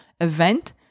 event